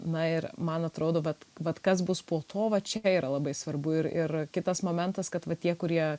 na ir man atrodo vat vat kas bus po to va čia yra labai svarbu ir ir kitas momentas kad va tie kurie